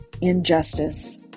injustice